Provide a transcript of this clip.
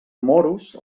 moros